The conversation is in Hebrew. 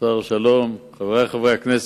השר שלום, חברי חברי הכנסת,